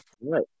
Right